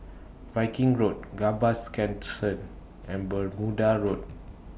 Viking Road Gambas Camp cent and Bermuda Road